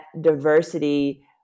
diversity